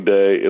Day